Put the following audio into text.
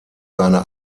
seine